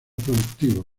productivo